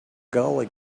gully